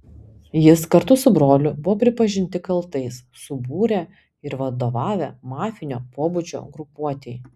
jis kartu su broliu buvo pripažinti kaltais subūrę ir vadovavę mafinio pobūdžio grupuotei